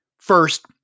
First